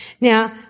Now